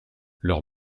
leurs